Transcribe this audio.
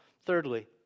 Thirdly